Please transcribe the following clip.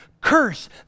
Curse